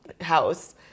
house